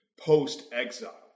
post-exile